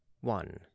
One